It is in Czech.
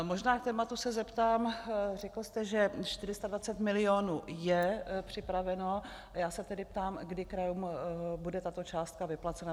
Možná k tématu se zeptám řekl jste, že 420 milionů je připraveno, a já se tedy ptám, kdy krajům bude tato částka vyplacena.